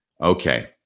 Okay